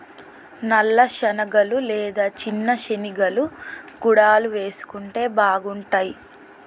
నల్ల శనగలు లేదా చిన్న శెనిగలు గుడాలు వేసుకుంటే బాగుంటాయ్